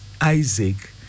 Isaac